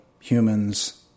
humans